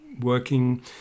working